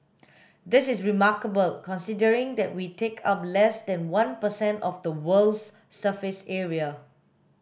this is remarkable considering that we take up less than one per cent of the world's surface area